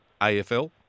AFL